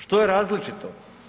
Što je različito?